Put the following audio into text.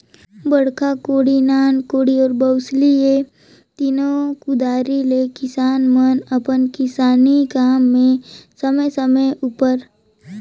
बड़खा कोड़ी, नान कोड़ी अउ बउसली ए तीनो कुदारी ले किसान मन अपन किसानी काम मे समे समे उपर